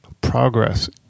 progress